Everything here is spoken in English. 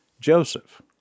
Joseph